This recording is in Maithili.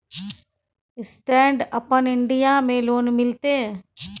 स्टैंड अपन इन्डिया में लोन मिलते?